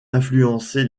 influencé